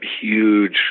huge